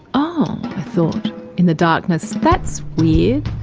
oh, i thought in the darkness, that's weird,